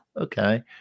Okay